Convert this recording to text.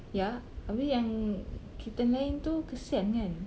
ya abeh yang kitten lain tu kesian kan